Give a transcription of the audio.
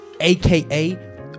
aka